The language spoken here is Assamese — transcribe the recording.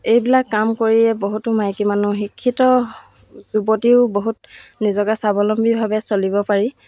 এইবিলাক কাম কৰিয়ে বহুতো মাইকী মানুহ শিক্ষিত যুৱতীও বহুত নিজকে স্বাৱলম্বীভাৱে চলিব পাৰি